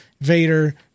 Vader